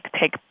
take